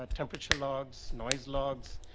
ah temperature log, so noise log,